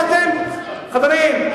חברים,